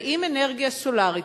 ואם אנרגיה סולרית,